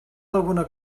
alguna